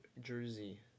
Jersey